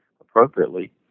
appropriately